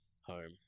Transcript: home